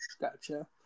Gotcha